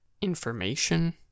information